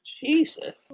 Jesus